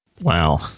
Wow